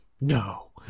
No